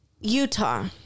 Utah